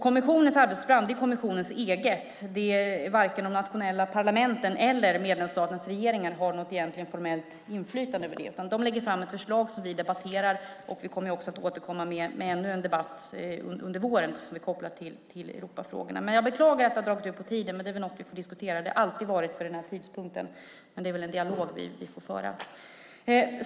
Kommissionens arbetsprogram är kommissionens eget. Varken de nationella parlamenten eller medlemsstaternas regeringar har något formellt inflytande över det. Kommissionen lägger fram ett förslag som vi debatterar. Vi återkommer också under våren med ännu en debatt som är kopplad till Europafrågorna. Jag beklagar att det har dragit ut på tiden. Men det är väl något som vi får diskutera. Debatten har alltid varit vid den här tidpunkten. Det är en dialog som vi får föra.